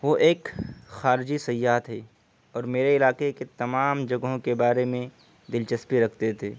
وہ ایک خارجی سیاح تھے اور میرے علاقے کے تمام جگہوں کے بارے میں دلچسپی رکھتے تھے